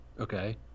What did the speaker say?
Okay